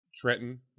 Trenton